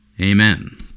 Amen